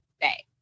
today